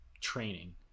training